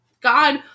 God